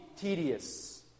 tedious